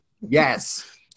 yes